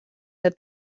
that